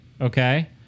Okay